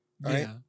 right